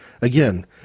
Again